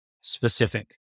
specific